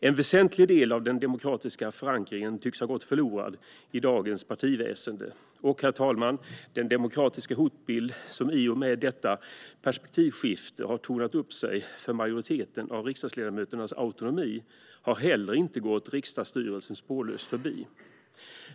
En väsentlig del av den demokratiska förankringen tycks ha gått förlorad i dagens partiväsen, och, herr talman, den demokratiska hotbild som i och med detta perspektivskifte har tornat upp sig för majoriteten av riksdagsledamöternas autonomi har heller inte gått riksdagsstyrelsen spårlöst förbi.